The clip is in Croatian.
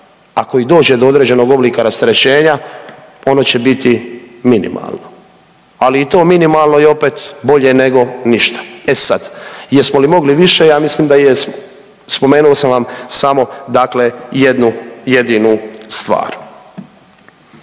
ako i dođe do određenog oblika rasterećenja, ono će biti minimalno, ali i to minimalno je opet bolje nego ništa. E sad jesmo li mogli više, ja mislim da jesmo. Spomenuo sam vam samo dakle jednu jedinu stvar.